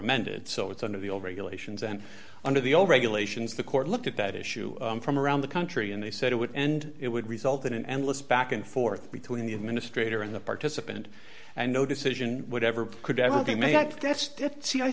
amended so it's under the old regulations and under the old regulations the court looked at that issue from around the country and they said it would and it would result in an endless back and forth between the administrator and the participant and no decision whatever could ever